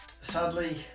Sadly